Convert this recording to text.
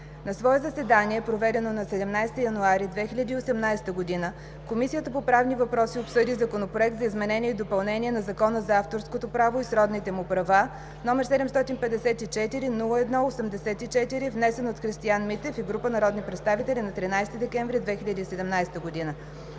На свое заседание, проведено на 17 януари 2018 г., Комисията по правни въпроси обсъди Законопроект за изменение и допълнение на Закона за авторското право и сродните му права, № 754-01-84, внесен от Христиан Митев и група народни представители на 13 декември 2017 г.